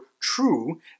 true